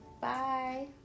Bye